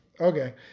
okay